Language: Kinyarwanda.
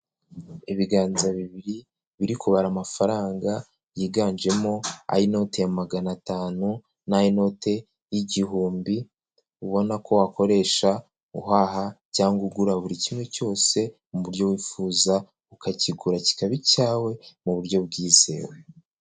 Ibiganza bibiri biri kubara amafaranga yiganjemo ay'inote ya magana atanu n'ay'inote y'igihumbi ubona ko wakoresha uhaha cyangwa ugura buri kimwe cyose mu byo wifuza ukakigura kikaba icyawe mu buryo bwizewe.